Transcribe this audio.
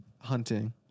Hunting